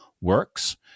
works